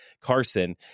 Carson